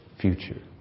future